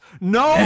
no